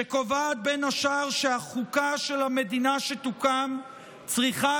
שקובעת בין השאר שהחוקה של המדינה שתוקם צריכה